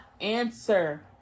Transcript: answer